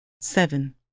Seven